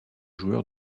joueur